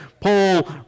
Paul